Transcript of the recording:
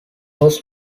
was